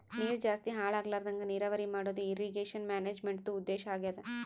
ನೀರ್ ಜಾಸ್ತಿ ಹಾಳ್ ಆಗ್ಲರದಂಗ್ ನೀರಾವರಿ ಮಾಡದು ಇರ್ರೀಗೇಷನ್ ಮ್ಯಾನೇಜ್ಮೆಂಟ್ದು ಉದ್ದೇಶ್ ಆಗ್ಯಾದ